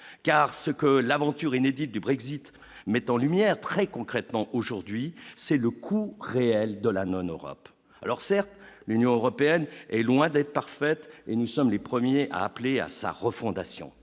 car ce que l'aventure inédite du Brexit met en lumière, très concrètement, aujourd'hui c'est le coût réel de la non-Europe alors certes, l'Union européenne est loin d'être parfaite et nous sommes les premiers à appeler à sa refondation,